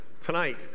tonight